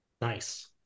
Nice